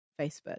Facebook